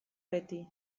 beti